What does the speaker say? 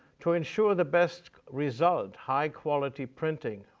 to ensure the best result, high-quality printing,